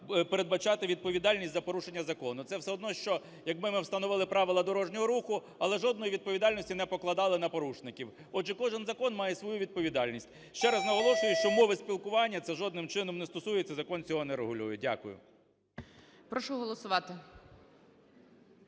передбачати відповідальність за порушення закону. Це все одно, що якби ми встановили правила дорожнього руху, але жодної відповідальності не покладали на порушників. Отже кожен закон має свою відповідальність. Ще раз наголошую, що мови спілкування це жодним чином не стосується, закон цього не регулює. Дякую. ГОЛОВУЮЧИЙ. Прошу голосувати.